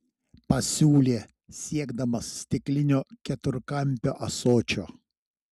pasiūlė siekdamas stiklinio keturkampio ąsočio